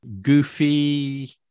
goofy